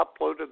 uploaded